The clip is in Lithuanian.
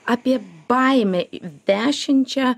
apie baimę i vešinčią